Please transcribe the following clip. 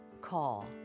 call